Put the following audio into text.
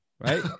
right